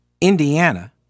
Indiana